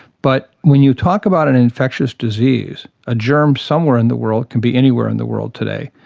but when you talk about an infectious disease, a germ somewhere in the world can be anywhere in the world today,